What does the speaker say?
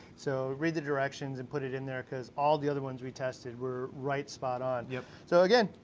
so read the directions and put it in there, cause all the other ones we tested were right spot on. yep. so again,